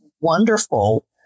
wonderful